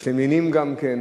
יש להם נינים גם כן,